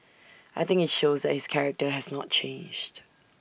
I think IT shows that his character has not changed